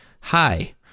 hi